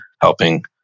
helping